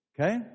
Okay